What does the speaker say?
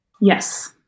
Yes